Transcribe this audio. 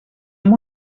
amb